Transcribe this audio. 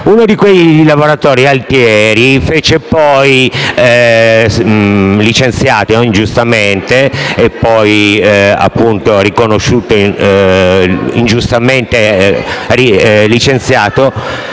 Uno di quei lavoratori, Altieri, licenziato ingiustamente e poi, appunto, riconosciuto ingiustamente licenziato,